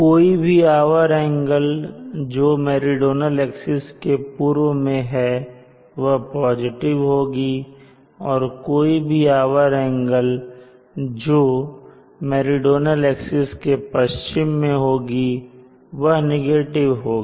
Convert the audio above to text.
कोई भी hour angle जो मेरीडोनल एक्सिस के पूर्व में है वह पॉजिटिव होगी और कोई भी आवर एंगल जो मेरीडोनल एक्सिस के पश्चिम में होगी वह नेगेटिव होगी